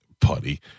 Putty